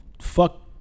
fuck